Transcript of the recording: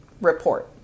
report